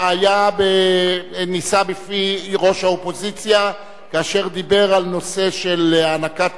נישא בפי ראש האופוזיציה כאשר דיברה על נושא של הענקת פרסים,